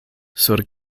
sur